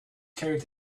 carried